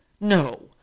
no